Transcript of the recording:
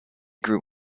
grew